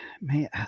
man